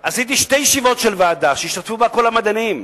עשיתי שתי ישיבות ועדה שהשתתפו בהן כל המדענים,